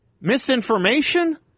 Misinformation